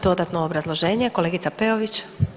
Dodatno obrazloženje kolegica Peović.